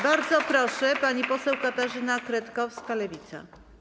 Bardzo proszę, pani poseł Katarzyna Kretkowska, Lewica.